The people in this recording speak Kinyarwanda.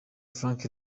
frank